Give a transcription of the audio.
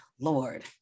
Lord